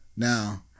Now